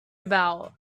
about